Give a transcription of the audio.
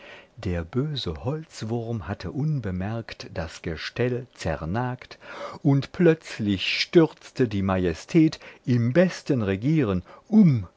der böse holzwurm hatte unbemerkt das gestell zernagt und plötzlich stürzte die majestät im besten regieren um